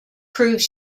proves